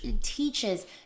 teaches